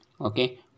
okay